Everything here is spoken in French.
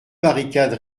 barricades